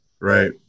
right